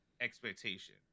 expectation